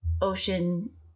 ocean